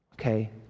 Okay